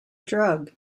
drug